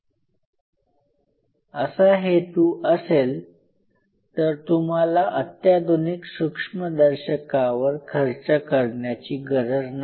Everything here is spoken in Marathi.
असा हेतू असेल तर तुम्हाला अत्याधुनिक सूक्ष्मदर्शकावर खर्च करण्याची गरज नाही